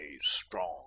strong